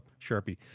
Sharpie